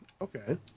okay